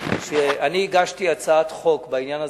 שאני הגשתי הצעת חוק בעניין הזה,